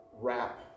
wrap